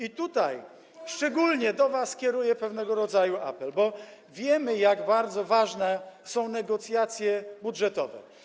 I tutaj szczególnie do was kieruję pewnego rodzaju apel, bo wiemy, jak bardzo ważne są negocjacje budżetowe.